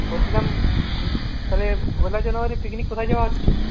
বলছিলাম তাহলে পয়লা জানুয়ারি পিকনিক কোথায় যাওয়া হচ্ছে